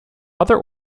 other